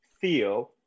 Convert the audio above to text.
feel